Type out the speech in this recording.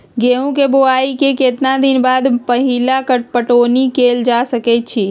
गेंहू के बोआई के केतना दिन बाद पहिला पटौनी कैल जा सकैछि?